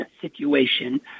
situation